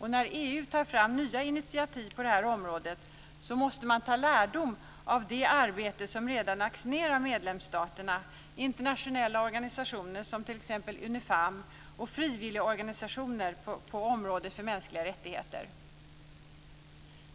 När EU tar fram nya initiativ på detta område måste man ta lärdom av det arbete som redan lagts ned av medlemsstaterna, internationella organisationer, t.ex. Unifem, och frivilligorganisationer på området för mänskliga rättigheter.